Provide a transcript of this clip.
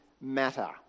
matter